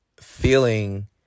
feeling